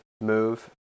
Move